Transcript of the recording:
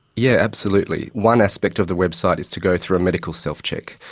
yeah absolutely. one aspect of the website is to go through a medical self-check.